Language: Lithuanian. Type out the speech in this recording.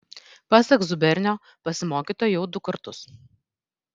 pasak zubernio pasimokyta jau du kartus